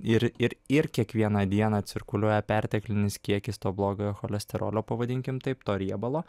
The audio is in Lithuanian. ir ir ir kiekvieną dieną cirkuliuoja perteklinis kiekis to blogojo cholesterolio pavadinkim taip to riebalo